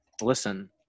Listen